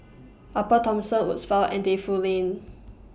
Upper Thomson Woodsville and Defu Lane